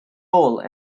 role